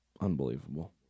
unbelievable